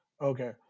Okay